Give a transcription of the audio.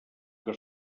que